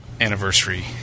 anniversary